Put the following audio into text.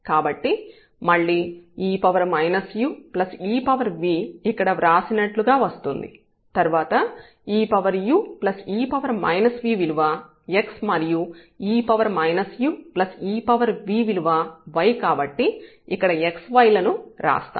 కాబట్టి మళ్ళీ e uev ఇక్కడ వ్రాసినట్లుగా వస్తుంది తర్వాత eue v విలువ x మరియు e uev విలువ y కాబట్టి ఇక్కడ x y లను రాస్తాము